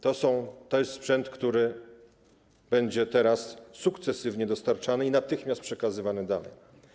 To jest sprzęt, który będzie teraz sukcesywnie dostarczany i natychmiast przekazywany dalej.